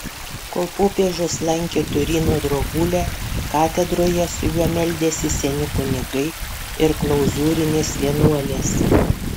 kol popiežius lankė turino drobulę katedroje su juo meldėsi seni kunigai ir klauzūrinės vienuolės